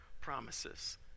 promises